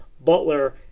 Butler